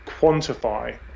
quantify